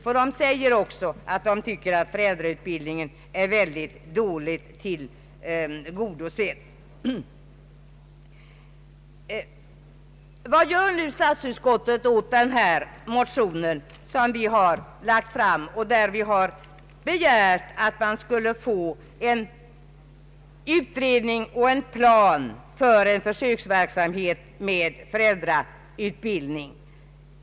Skolöverstyrelsen anser alltså att föräldrautbildningen är mycket dåligt tillgodosedd. Vad gör nu statsutskottet åt den motion som vi har lagt fram och där vi begär att man skall få en utredning och en plan för försöksverksamhet med föräldrautbildning?